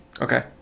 Okay